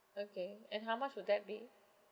okay and how much would that be